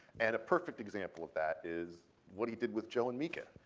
and a perfect example of that is what he did with joe and mika.